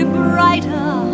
brighter